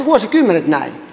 vuosikymmenet näin